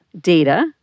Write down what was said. data